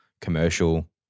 commercial